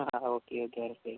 ആ okay okay മനസ്സിലായി